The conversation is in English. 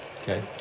Okay